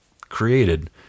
created